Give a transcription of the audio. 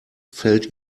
fällt